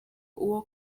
uwo